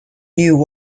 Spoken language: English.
new